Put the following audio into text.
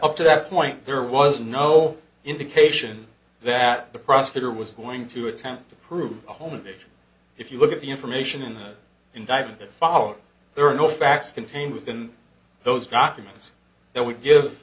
up to that point there was no indication that the prosecutor was going to attempt to prove a home invasion if you look at the information in the indictment that followed there were no facts contained within those documents that would give